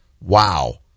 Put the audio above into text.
Wow